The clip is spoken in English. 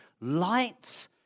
lights